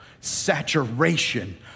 saturation